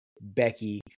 Becky